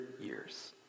years